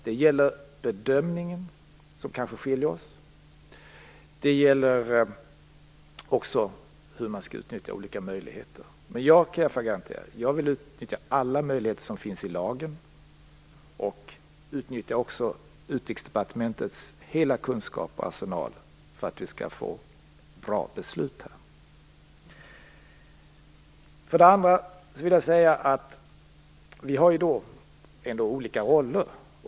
Vi skiljer oss kanske i bedömningen och i hur man skall utnyttja olika möjligheter. Men jag kan garantera att jag vill utnyttja alla möjligheter som finns i lagen och också Utrikesdepartementets hela kunskapsarsenal för att vi skall få bra beslut. Vi har ändå olika roller.